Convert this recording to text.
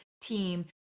team